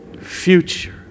future